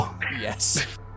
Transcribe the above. Yes